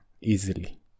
easily